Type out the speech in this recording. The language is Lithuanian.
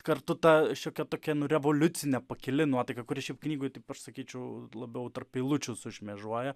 kartu ta šiokia tokia nu revoliucinė pakili nuotaika kuri šiaip knygoj taip aš sakyčiau labiau tarp eilučių sušmėžuoja